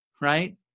Right